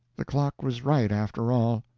the clock was right, after all.